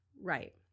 Right